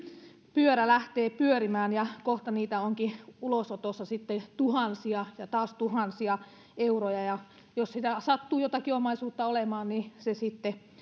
pyörä lähtee pyörimään ja kohta niitä onkin ulosotossa sitten tuhansia ja taas tuhansia euroja ja jos sattuu jotakin omaisuutta olemaan niin se sitten